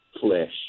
flesh